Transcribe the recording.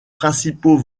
principaux